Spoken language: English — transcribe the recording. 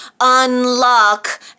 unlock